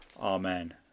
Amen